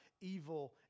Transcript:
evil